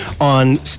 on